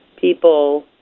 people